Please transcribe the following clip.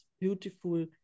beautiful